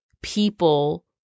people